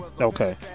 okay